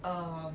um